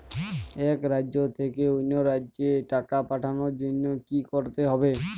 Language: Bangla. এক রাজ্য থেকে অন্য রাজ্যে টাকা পাঠানোর জন্য কী করতে হবে?